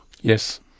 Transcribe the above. Yes